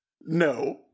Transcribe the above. No